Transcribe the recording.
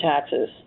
taxes